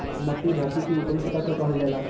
मट्टी धरती के ऊपरी सतह के कहल जाला